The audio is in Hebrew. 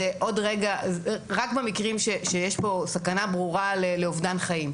רק במקרים שיש סכנה ברורה לאובדן חיים.